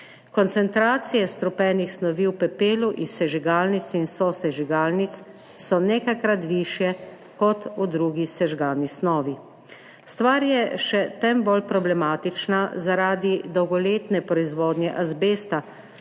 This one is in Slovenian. Koncentracije strupenih snovi v pepelu iz sežigalnic in sosežigalnic so nekajkrat višje kot v drugi sežgani snovi. Stvar je še tem bolj problematična zaradi dolgoletne proizvodnje azbesta,